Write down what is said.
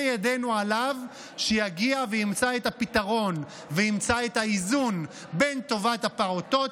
ידינו שיגיע וימצא את הפתרון וימצא את האיזון בין טובת הפעוטות